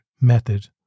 method